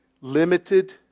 limited